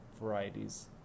varieties